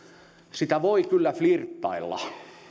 sitä voi kyllä flirttailla